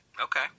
Okay